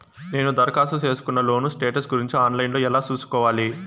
నేను దరఖాస్తు సేసుకున్న లోను స్టేటస్ గురించి ఆన్ లైను లో ఎలా సూసుకోవాలి?